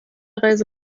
reise